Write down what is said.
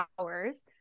hours